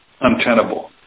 untenable